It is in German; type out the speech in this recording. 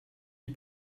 die